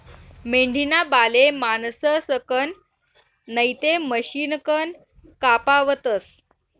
मेंढीना बाले माणसंसकन नैते मशिनकन कापावतस